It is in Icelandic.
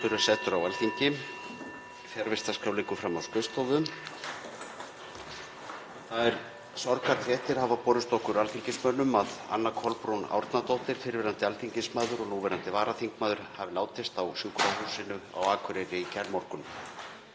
Þær sorgarfréttir hafa borist okkur alþingismönnum að Anna Kolbrún Árnadóttir, fyrrverandi alþingismaður og núverandi varaþingmaður, hafi látist á Sjúkrahúsinu á Akureyri í gærmorgun.